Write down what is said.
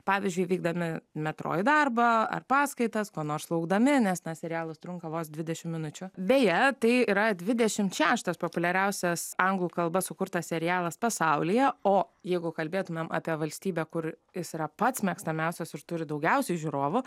pavyzdžiui vykdami metro į darbą ar paskaitas ko nors laukdami nes na serialas trunka vos dvidešimt minučių beje tai yra dvidešimt šeštas populiariausias anglų kalba sukurtas serialas pasaulyje o jeigu kalbėtumėm apie valstybę kur jis yra pats mėgstamiausias ir turi daugiausiai žiūrovų